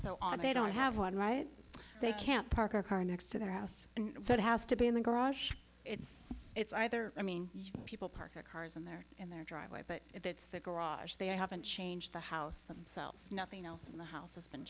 on they don't have one right they can't park a car next to their house so it has to be in the garage it's it's either i mean people park their cars in their in their driveway but if it's the garage they haven't changed the house themselves nothing else in the house